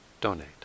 donate